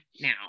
now